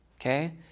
Okay